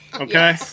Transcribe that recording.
Okay